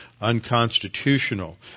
unconstitutional